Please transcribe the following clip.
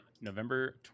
November